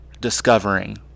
discovering